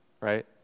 right